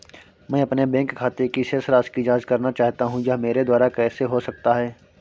मैं अपने बैंक खाते की शेष राशि की जाँच करना चाहता हूँ यह मेरे द्वारा कैसे हो सकता है?